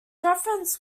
reference